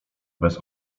bez